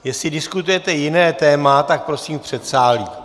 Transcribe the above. Jestli diskutujete jiné téma, tak prosím v předsálí...